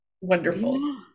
wonderful